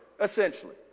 essentially